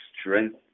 strength